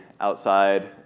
outside